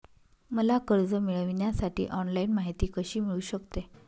मला कर्ज मिळविण्यासाठी ऑनलाइन माहिती कशी मिळू शकते?